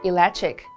Electric